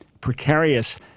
precarious